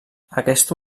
aquesta